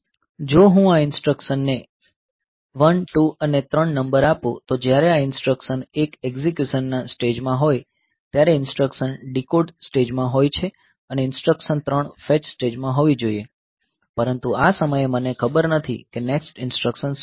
જો હું આ ઇન્સટ્રકશનને 1 2 અને 3 નંબર આપું તો જ્યારે આ ઇન્સટ્રકશન 1 એકઝીક્યુશનના સ્ટેજ માં હોય ત્યારે ઇન્સટ્રકશન 2 ડીકોડ સ્ટેજમાં હોય અને ઇન્સટ્રકશન 3 ફેચ સ્ટેજમાં હોવી જોઈએ પરંતુ આ સમયે મને ખબર નથી કે નેક્સ્ટ ઇન્સટ્રકશન શું છે